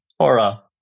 Torah